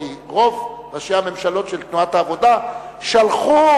כי רוב ראשי הממשלות של תנועת העבודה שלחו,